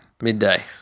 Midday